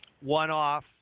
one-off